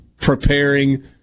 preparing